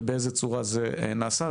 ובאיזו צורה זה נעשה.